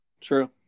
True